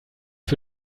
für